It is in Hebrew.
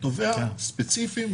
תובע ספציפי,